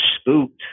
spooked